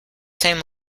same